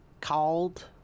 called